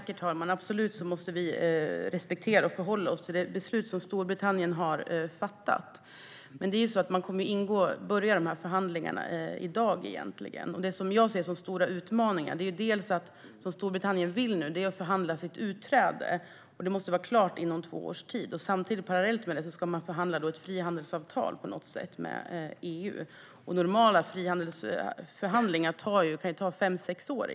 Herr talman! Vi måste absolut respektera det beslut som Storbritannien har fattat och förhålla oss till det. Förhandlingarna kommer att påbörjas i dag. Det som jag ser som stora utmaningar är att Storbritanniens förhandlingar om utträde måste vara klara inom två år och att man parallellt med det ska förhandla om ett frihandelsavtal med EU. Normala frihandelsförhandlingar kan ta fem sex år.